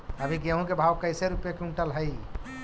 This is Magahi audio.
अभी गेहूं के भाव कैसे रूपये क्विंटल हई?